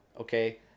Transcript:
okay